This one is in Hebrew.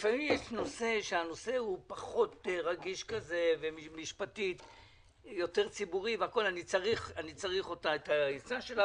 לפעמים יש נושאים פחות רגישים משפטית וציבורית שמצריכים את העצה שלה,